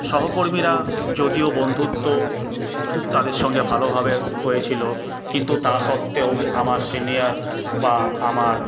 সহকর্মীরা যদিও বন্ধুত্ব খুব তাদের সঙ্গে ভালোভাবে হয়েছিলো কিন্তু তা সত্ত্বেও আমার সিনিয়ার বা আমার